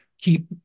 keep